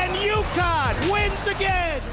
and you god wince again.